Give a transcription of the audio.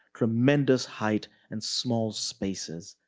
tremendous height and small spaces.